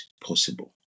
possible